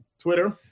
Twitter